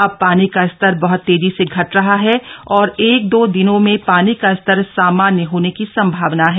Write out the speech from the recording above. अब पानी का स्तर बहत तेजी से घट रहा है और एक दो दिनों में पानी का स्तर सामान्य होने की संभावना है